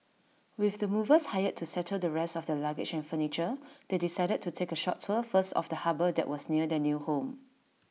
with the movers hired to settle the rest of their luggage and furniture they decided to take A short tour first of the harbour that was near their new home